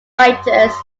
writers